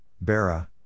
Bera